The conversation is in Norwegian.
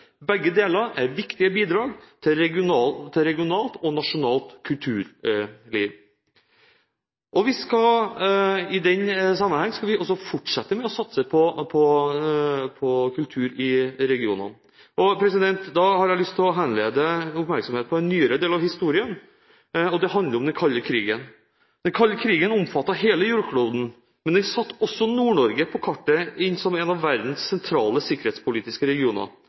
Begge deler er viktige bidrag til regionalt og nasjonalt kulturliv. I den sammenheng skal vi også fortsette med å satse på kultur i regionene. Da har jeg lyst til å henlede oppmerksomheten på en nyere del av historien, og det handler om den kalde krigen. Den kalde krigen omfattet hele jordkloden, men den satte også Nord-Norge på kartet som en av verdens sentrale sikkerhetspolitiske regioner.